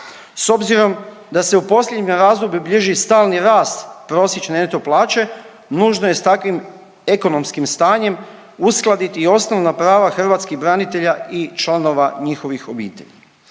S obzirom da se u posljednjem razdoblju bilježi stali rast prosječne neto plaće nužno je s takvim ekonomskim stanjem uskladiti i osnovna prava hrvatskih branitelja i članova njihovih obitelji.